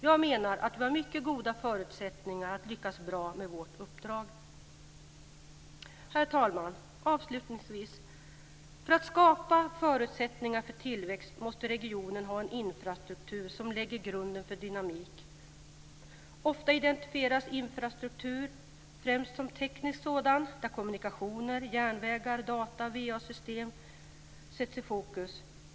Jag menar att vi har mycket goda förutsättningar att lyckas med vårt uppdrag. Herr talman! Avslutningsvis: För att skapa förutsättningar för tillväxt måste regionen ha en infrastruktur som lägger grunden för dynamik. Ofta identifieras infrastruktur främst som teknisk sådan, där kommunikationer i form av vägar, järnvägar, datanät, va-system, sätts i fokus.